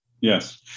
Yes